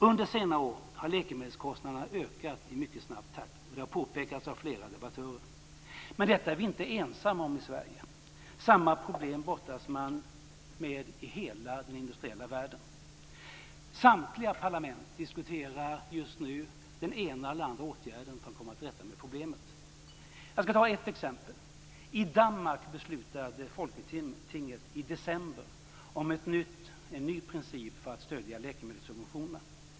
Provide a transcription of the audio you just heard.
Under senare år har läkemedelskostnaderna ökat i mycket snabb takt. Det har påpekats av flera debattörer. Men detta är vi inte ensamma om i Sverige. Samma problem brottas man med i hela den industriella världen. Samtliga parlament diskuterar just nu den ena eller andra åtgärden för att komma till rätta med problemet. Jag skall ta ett exempel. I Danmark beslutade Folketinget i december om en ny princip för läkemedelssubventionerna.